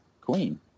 Queen